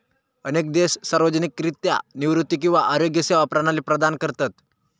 अनेक देश सार्वजनिकरित्या निवृत्ती किंवा आरोग्य सेवा प्रणाली प्रदान करतत